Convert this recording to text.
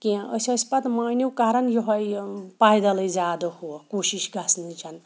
کینٛہہ أسۍ ٲسۍ پَتہٕ مٲنِو کَران یوٚہَے پایدٕلے زیادٕ ہُہ کوٗشِش گژھنٕچَن